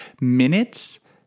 minutes